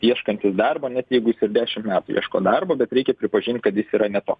ieškantys darbo net jeigu jis ir dešimt metų ieško darbo bet reikia pripažint kad jis yra ne to